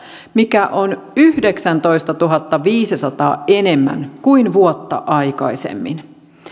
mikä on yhdeksäntoistatuhannenviidensadan enemmän kuin vuotta aikaisemmin